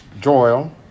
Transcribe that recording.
Joel